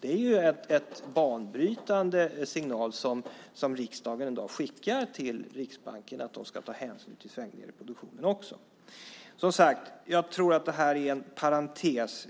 Det är en banbrytande signal som riksdagen i dag skickar till Riksbanken att den ska ta hänsyn också till svängningar i produktionen. Jag tror att det här är en parentes.